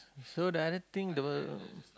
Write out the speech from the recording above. so the other thing the